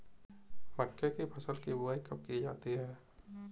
मक्के की फसल की बुआई कब की जाती है?